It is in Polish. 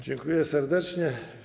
Dziękuję serdecznie.